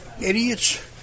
Idiots